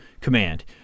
command